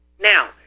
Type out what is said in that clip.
Now